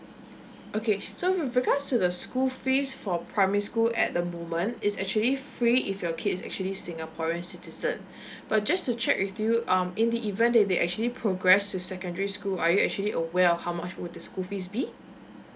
okay so with regards to the school fees for primary school at the moment is actually free if your kids actually singaporean citizen but just to check with you um in the event that they actually progress to secondary school are you actually aware of how much would the school fees be